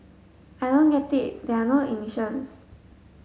I don't get it there are no emissions